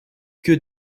que